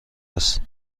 است